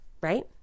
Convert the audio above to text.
right